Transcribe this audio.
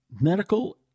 Medical